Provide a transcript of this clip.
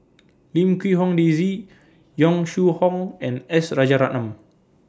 Lim Quee Hong Daisy Yong Shu Hoong and S Rajaratnam